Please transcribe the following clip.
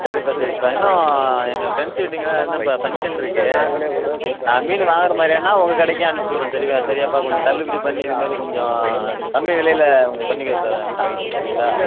சரிப்பா சரிப்பா இன்னும் எங்கள் ஃப்ரெண்ட்ஸ் வீட்டிங்கள்லாம் இன்னும் இப்போ ஃபங்க்ஷன் இருக்கு நான் மீன் வாங்குறமாதிரியானா உங்கள் கடைக்கு அனுப்பிச்சுட்றேன் சரி சரியாப்பா கொஞ்சம் தள்ளுபடி பண்ணி இதுமாதிரி கொஞ்சம் கம்மி விலையில கொஞ்சம் பண்ணிக்கதாங்க தாங்கப்பா தரீங்களா